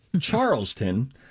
Charleston